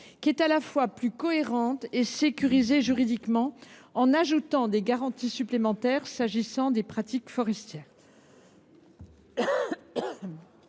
qui est à la fois plus cohérente et sécurisée juridiquement, en y ajoutant des garanties supplémentaires s’agissant des pratiques forestières.